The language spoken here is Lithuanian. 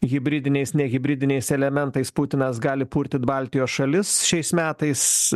hibridiniais ne hibridiniais elementais putinas gali purtyt baltijos šalis šiais metais